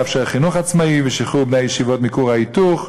לאפשר חינוך עצמאי ושחרור בני הישיבות מכור ההיתוך,